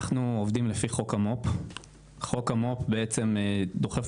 אנחנו עובדים לפי חוק המו"פ שבעצם דוחף